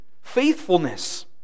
faithfulness